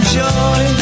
joy